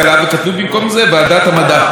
וכתבו במקום זה: ועדת המדע.